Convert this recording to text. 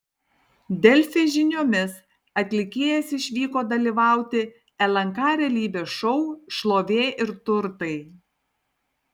delfi žiniomis atlikėjas išvyko dalyvauti lnk realybės šou šlovė ir turtai